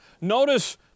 Notice